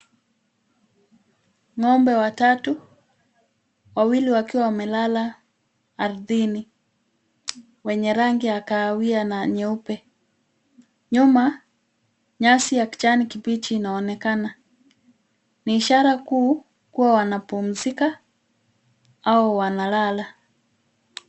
Ng'ombe watatu , wawili wakiwa wamelala ardhini wenye rangi ya kahawia na nyeupe. Nyuma nyasi ya kijani kibichi inaonekana ,ni ishara kuu kuwa wanapumzika au wanalala.